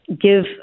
give